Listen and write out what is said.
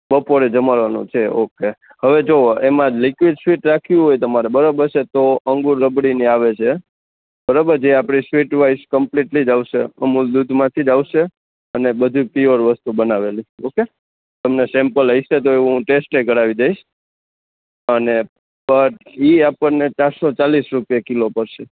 બપોરે જમાડવાનો છે ઓકે હવે જો એમાં લિક્વિડ સ્વીટ રાખવી હોય તમારે તો બરોબર છે તો અંગુર રબડીને આવે છે બરોબર છે જે આપણે સ્વીટ વાઇસ કમ્પ્લીટલીજ આવશે અમૂલ દૂધમાંથી જ આવશે અને બધું પ્યોર વસ્તુ બનાવેલ ઓકે તમને સેમ્પલ હશે તો ટેસ્ટ એ કરાવી દઈશ અને પણ એ આપણને ચાર સો ચાલીસ રૂપિયા કિલો પડશે